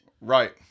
Right